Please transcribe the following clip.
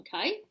okay